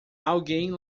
alguém